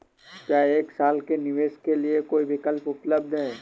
क्या एक साल के निवेश के लिए कोई विकल्प उपलब्ध है?